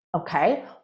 Okay